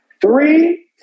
three